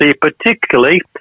particularly